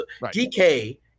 DK